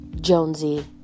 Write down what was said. Jonesy